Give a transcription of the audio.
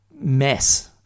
mess